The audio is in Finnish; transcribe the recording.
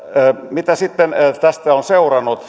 mitä sitten tästä on seurannut sitä että